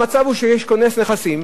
המצב הוא שיש כונס נכסים,